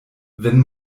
wenn